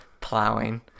Plowing